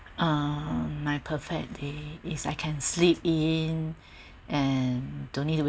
um my perfect day is I can sleep in and don't need to wake